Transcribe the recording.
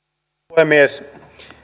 puhemies